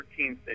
13th